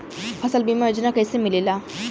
फसल बीमा योजना कैसे मिलेला?